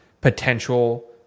potential